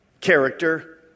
character